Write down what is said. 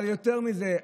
אבל יותר מזה,